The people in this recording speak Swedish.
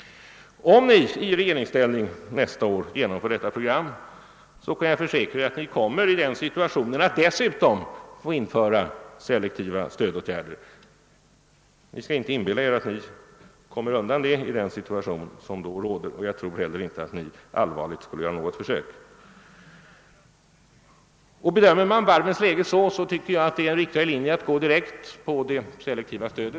Om ni kommer i regeringsställning nästa år och genomför detta program kan jag försäkra att ni hamnar i den situationen att ni dessutom måste införa selektiva stödåtgärder. Ni skall inte inbilla er att ni kommer undan det i den situation som då råder, och jag tror inte heller att ni skulle göra något allvarligt försök. Bedömer man varvens situation så, tycker jag det är rätt att gå direkt på selektivt stöd.